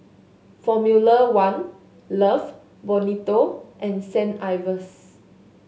Formula One Love Bonito and Saint Ives